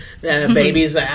babies